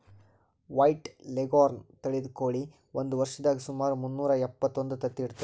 white leghorn ತಳಿದ್ ಕೋಳಿ ಒಂದ್ ವರ್ಷದಾಗ್ ಸುಮಾರ್ ಮುನ್ನೂರಾ ಎಪ್ಪತ್ತೊಂದು ತತ್ತಿ ಇಡ್ತದ್